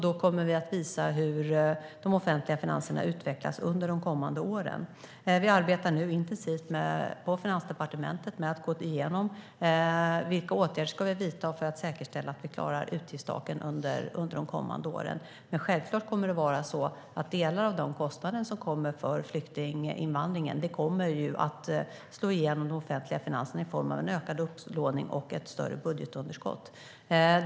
Då kommer vi att visa hur de offentliga finanserna utvecklas under de kommande åren. Vi arbetar nu intensivt på Finansdepartementet med att gå igenom vilka åtgärder vi ska vidta för att säkerställa att vi klarar utgiftstaken under de kommande åren. Men självklart kommer delar av de kostnader som kommer för flyktinginvandringen att slå igenom i de offentliga finanserna i form av en ökad upplåning och ett större budgetunderskott.